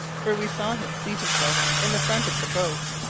for we saw him seat himself in the front of the boat,